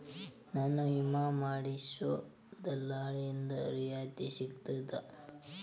ನನ್ನ ವಿಮಾ ಮಾಡಿಸೊ ದಲ್ಲಾಳಿಂದ ರಿಯಾಯಿತಿ ಸಿಗ್ತದಾ?